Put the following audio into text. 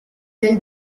del